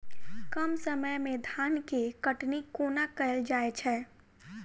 कम समय मे धान केँ कटनी कोना कैल जाय छै?